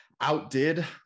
outdid